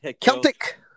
Celtic